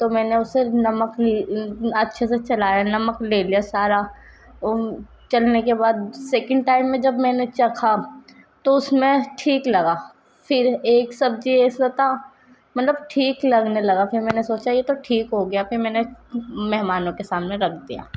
تو میں نے اسے نمک اچھے سے چلایا نمک لے لیا سارا چلنے کے بعد سکینڈ ٹائم میں جب میں نے چکھا تو اس میں ٹھیک لگا پھر ایک سبزی ایسا تھا مطلب ٹھیک لگنے لگا پھر میں نے سوچا یہ تو ٹھیک ہو گیا پھر میں نے مہمانوں کے سامنے رکھ دیا